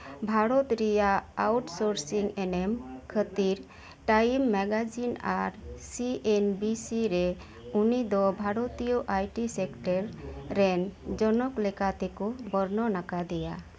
ᱵᱷᱟᱨᱚᱛ ᱨᱮᱭᱟᱜ outsourcing ᱮᱱᱮᱢ ᱠᱷᱟᱛᱤᱨ ᱴᱟᱭᱤᱢ ᱢᱮᱜᱟᱡᱤᱱ ᱟᱨ ᱥᱤ ᱮᱱ ᱵᱤ ᱥᱤ ᱨᱮ ᱩᱱᱤ ᱫᱚ ᱵᱷᱟᱨᱚᱛᱤᱭᱚ ᱟᱭ ᱴᱤ ᱥᱮᱠᱴᱮᱨ ᱨᱮᱱ ᱡᱚᱱᱚᱠ ᱞᱮᱠᱟᱛᱮ ᱠᱚ ᱵᱚᱨᱱᱚᱱ ᱟᱠᱟᱫᱮᱭᱟ